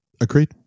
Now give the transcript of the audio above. Agreed